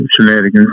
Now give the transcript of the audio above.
shenanigans